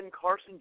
Carson